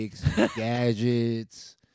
gadgets